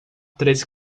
três